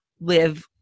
live